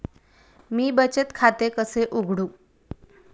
मी बचत खाते कसे उघडू?